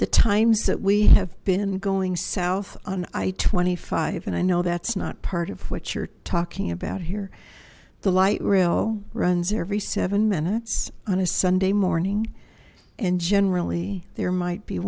the times that we have been going south on i twenty five and i know that's not part of what you're talking about here the light rail runs every seven minutes on a sunday morning and generally there might be